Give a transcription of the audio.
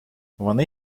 вони